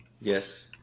Yes